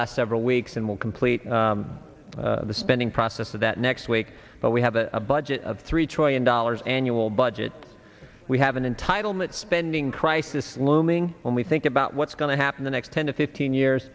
last several weeks and will complete the spending process of that next week but we have a budget of three trillion dollars annual budget we have an entitlement spending crisis looming when we think about what's going to happen the next ten to fifteen years